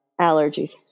allergies